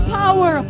power